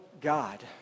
God